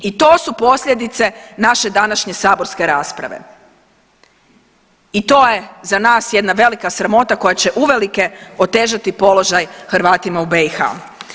I to su posljedice naše današnje saborske rasprave i to je za nas jedna velika sramota koja će uvelike otežati položaj Hrvatima u BiH.